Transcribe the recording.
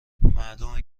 معلومه